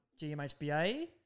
GMHBA